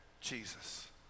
Jesus